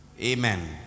Amen